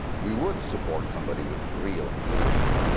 we would support somebody with real leadership,